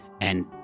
and-